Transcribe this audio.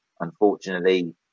unfortunately